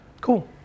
Cool